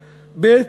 זוממת.